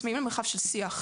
צמאים למרחב של שיח,